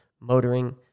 motoring